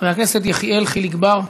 חבר הכנסת יחיאל חיליק בר,